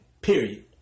period